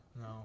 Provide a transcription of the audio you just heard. No